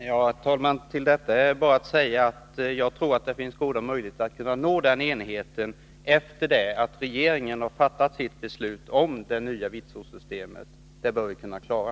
Herr talman! Till detta är bara att säga att jag tror att det finns goda möjligheter för att vi skall kunna nå denna enighet efter det att regeringen har fattat sitt beslut om det nya vitsordssystemet — det bör vi kunna klara.